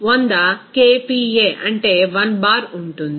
100 kPa అంటే 1 bar ఉంటుంది